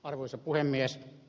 arvoisa puhemies